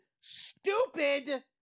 stupid